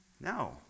No